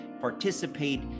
participate